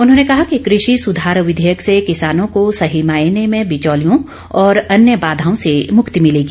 उन्होंने कहा कि कृषि सुधार विधेयक से किसानों को सही मायने में बिचौलियों और अन्य बाधाओं से मुक्ति मिलेगी